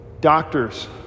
Doctors